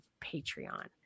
Patreon